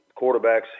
quarterbacks